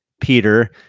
Peter